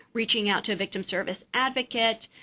reaching out to a victim service advocate,